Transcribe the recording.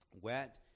wet